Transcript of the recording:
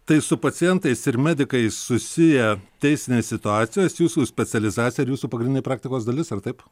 tai su pacientais ir medikais susiję teisinės situacijos jūsų specializacija ir jūsų pagrindinė praktikos dalis ar taip